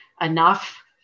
enough